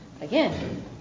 again